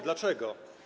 Dlaczego?